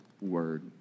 word